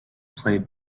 played